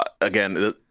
again